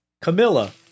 Camilla